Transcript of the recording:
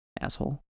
Asshole